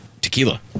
tequila